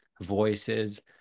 voices